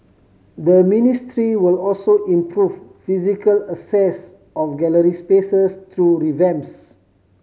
the ministry will also improve physical access of gallery spaces through revamps